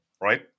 right